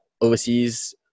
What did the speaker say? overseas